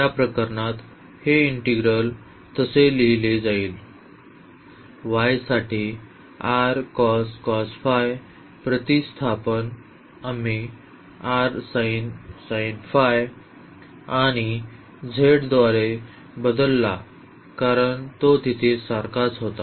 त्या प्रकरणात हे इंटीग्रल तसे लिहिले जाईल y साठी प्रतिस्थापन आम्ही आणि z द्वारे बदलला कारण तो तिथे सारखाच होता